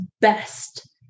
best